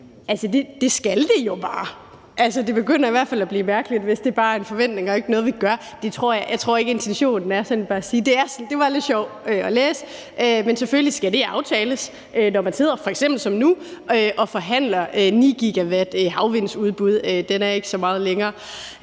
det skal de jo bare. Det begynder i hvert fald at blive mærkeligt, hvis det bare er en forventning og ikke noget, vi gør. Jeg tror ikke, intentionen er sådan. Det vil jeg bare sige. Det var lidt sjovt at læse, men selvfølgelig skal det aftales, når man f.eks. ligesom nu sidder og forhandler 9-GW-havvindsudbud. Den er ikke så meget længere.